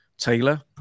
Taylor